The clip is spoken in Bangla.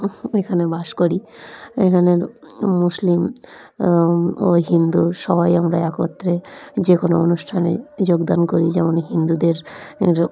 এখানে বাস করি এখানে মুসলিম ও হিন্দু সবাই আমরা একত্রে যে কোনো অনুষ্ঠানে যোগদান করি যেমন হিন্দুদের